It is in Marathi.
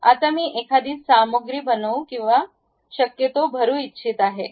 आता मी एखादी सामग्री बनवू किंवा शक्यतो भरू इच्छित आहे